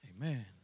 Amen